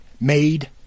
made